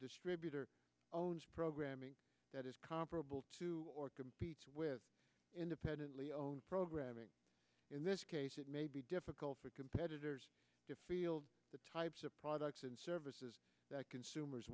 distributor owns programming that is comparable to or competes with independently owned programming in this case it may be difficult for competitors to field the types of products and services that consumers